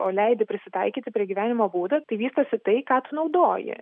o leidi prisitaikyti prie gyvenimo būdo tai vystosi tai ką tu naudoji